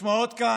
נשמע כאן